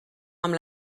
amb